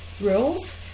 rules